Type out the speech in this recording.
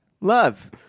love